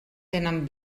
tenen